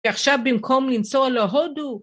ועכשיו במקום למצוא להודו